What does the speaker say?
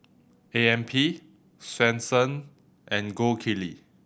A M P Swensens and Gold Kili